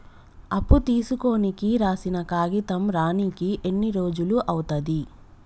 అప్పు తీసుకోనికి రాసిన కాగితం రానీకి ఎన్ని రోజులు అవుతది?